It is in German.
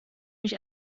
mich